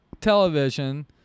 television